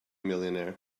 millionaire